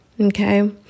okay